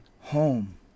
home